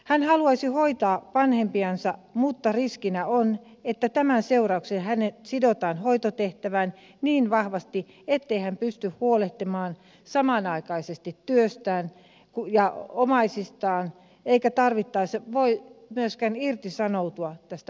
hän haluaisi hoitaa vanhempiansa mutta riskinä on että tämän seurauksena hänet sidotaan hoitotehtävään niin vahvasti ettei hän pysty huolehtimaan samanaikaisesti työstään ja omaisistaan eikä tarvittaessa voi myöskään irtisanoutua tästä hoitosuhteesta